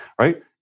right